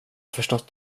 förstått